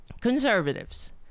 Conservatives